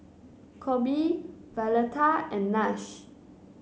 Coby Violeta and Nash